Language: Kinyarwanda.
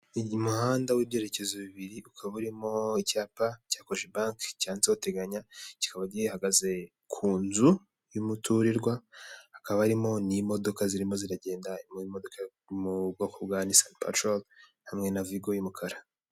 Uyu muhanda w'ibyerekezo bibiri ukaba urimo icyapa cya Kuje banki cyanditseho teganya kikaba gihagaze ku nzu y'umuturirwa hakaba harimo n'imodoka zirimo zigenda harimo imodoka yo mu bwoko bwa nisa patoro hamwe na vigo y'umukara.